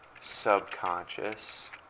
subconscious